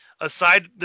aside